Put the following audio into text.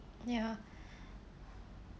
ya